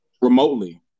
remotely